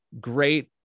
great